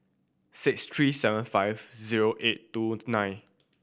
six three seven five zero eight two nine